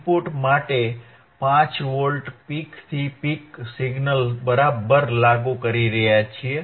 input માટે 5 volt પીકથી peak signal બરાબર લાગુ કરી રહ્યા છીએ